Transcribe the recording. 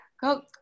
go